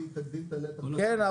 היא תגדיל את הנתח --- היושב-ראש,